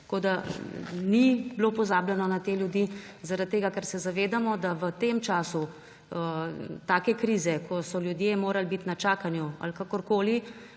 izdatkov. Ni bilo pozabljeno na te ljudi, zaradi tega, ker se zavedamo, se je v času take krize, ko so ljudje morali biti na čakanju ali kakorkoli,